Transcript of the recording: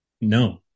No